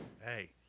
Hey